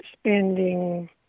spending